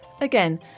Again